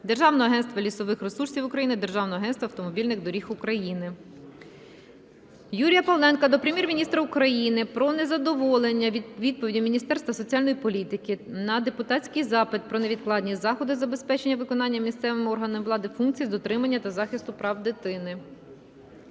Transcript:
Державного агентства лісових ресурсів України, Державного агентства автомобільних доріг України. Юрія Павленка до Прем'єр-міністра України про незадоволення відповіддю Міністерства соціальної політики на депутатський запит "Про невідкладні заходи з забезпечення виконання місцевими органами влади функцій з дотримання та захисту прав дитини".